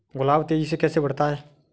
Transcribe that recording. गुलाब तेजी से कैसे बढ़ता है?